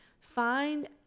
find